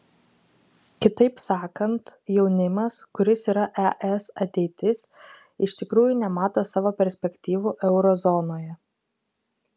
kitaip sakant jaunimas kuris yra es ateitis iš tikrųjų nemato savo perspektyvų euro zonoje